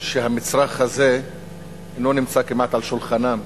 שהמצרך הזה אינו נמצא כמעט על שולחנן,